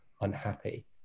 unhappy